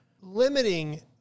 limiting